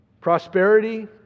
prosperity